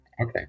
Okay